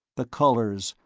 the colors,